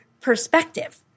perspective